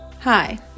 Hi